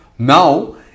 now